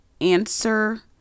answer